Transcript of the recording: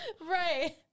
Right